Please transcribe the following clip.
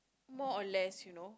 more or less you know